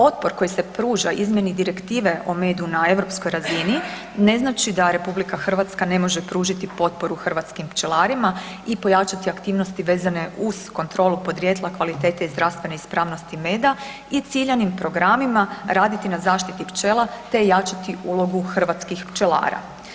Otpor koji se pruža izmjeni Direktive o medu na europskoj razini ne znači da RH ne može pružiti potporu hrvatskim pčelarima i pojačati aktivnosti vezane uz kontrolu podrijetla, kvalitete i zdravstvene ispravnosti meda i ciljanim programima raditi na zaštiti pčela, te jačati ulogu hrvatskih pčelara.